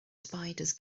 spiders